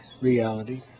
reality